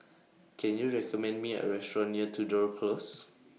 Can YOU recommend Me A Restaurant near Tudor Close